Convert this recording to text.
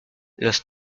los